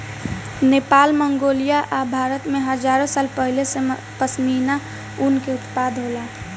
Nepal, Mongolia आ भारत में हजारो साल पहिले से पश्मीना ऊन के उत्पादन होला